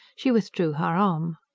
she withdrew her arm.